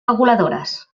reguladores